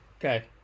okay